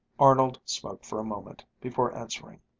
arnold smoked for a moment before answering.